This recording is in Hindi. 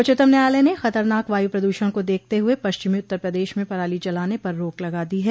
उच्चतम न्यायालय ने खतरनाक वायु प्रदूषण को देखते हुए पश्चिमी उत्तर प्रदेश में पराली जलाने पर रोक लगा दी है